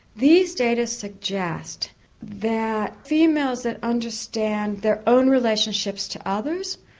these data suggest that females that understand their own relationships to others,